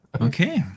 Okay